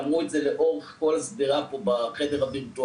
אמרו את זה לאורך כל השדרה פה בחדר הווירטואלי.